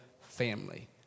family